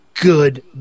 good